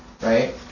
right